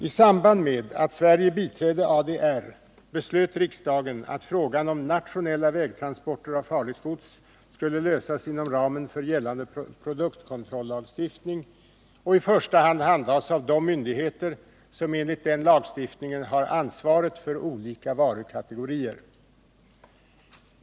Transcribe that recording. I samband med att Sverige biträdde ADR beslöt riksdagen att frågan om nationella vägtransporter av farligt gods skulle lösas inom ramen för gällande produktkontrollagstiftning och i första hand handhas av de myndigheter som enligt denna lagstiftning har ansvaret för olika varukategorier.